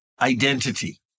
identity